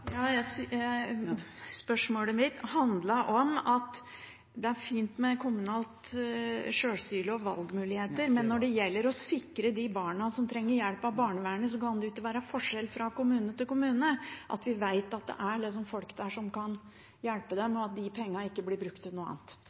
men når det gjelder å sikre de barna som trenger hjelp av barnevernet, kan det ikke være forskjell fra kommune til kommune – at vi må vite at det er folk der som kan hjelpe dem, og at de pengene ikke blir brukt